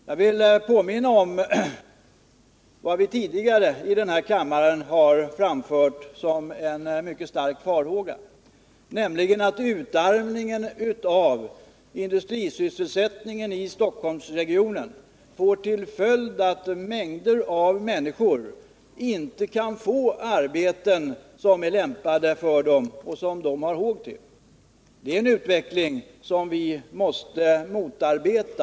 Jag vill påminna om en farhåga som vi med skärpa tidigare har framfört nämligen att utarmningen av industrisysselsättningen i Stockholmsregionen får till följd att mängder av människor inte kan få arbeten som de är lämpade för och som deras håg står till. Det är en utveckling som vi måste motarbeta.